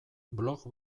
blog